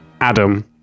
Adam